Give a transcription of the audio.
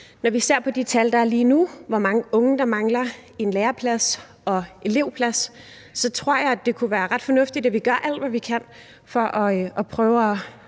når vi ser på de tal, der er lige nu, og på, hvor mange unge der mangler en læreplads og elevplads, så tror jeg, det kunne være ret fornuftigt, at vi gør alt, hvad vi kan, for at prøve at